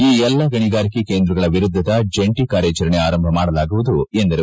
ಈ ಎಲ್ಲಾ ಗಣಿಗಾರಿಕೆ ಕೇಂದ್ರಗಳ ವಿರುದ್ಧ ಜಂಟಿ ಕಾರ್ಯಾಚರಣೆ ಆರಂಭ ಮಾಡಲಾಗುವುದು ಎಂದರು